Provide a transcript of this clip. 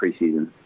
preseason